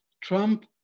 Trump